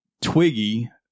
Twiggy